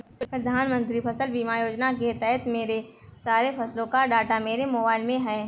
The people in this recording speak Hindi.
प्रधानमंत्री फसल बीमा योजना के तहत मेरे सारे फसलों का डाटा मेरे मोबाइल में है